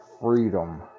freedom